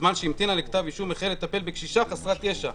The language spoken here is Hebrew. בזמן שהמתינה לכתב אישום היא התחילה לטפל בקשישה חסרת ישע.